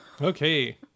Okay